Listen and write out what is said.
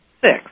six